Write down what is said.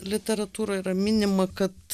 literatūroj yra minima kad